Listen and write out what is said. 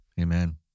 Amen